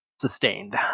sustained